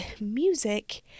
music